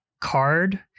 Card